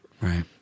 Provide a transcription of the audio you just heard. Right